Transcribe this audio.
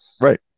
Right